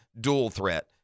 dual-threat